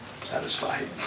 satisfied